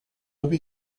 adobe